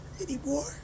anymore